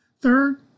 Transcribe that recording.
Third